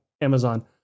Amazon